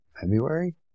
February